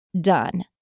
done